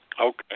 Okay